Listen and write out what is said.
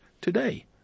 today